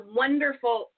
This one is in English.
wonderful